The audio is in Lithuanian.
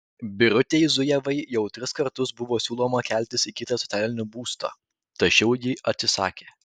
birutei zujevai jau tris kartus buvo siūloma keltis į kitą socialinį būstą tačiau ji atsisakė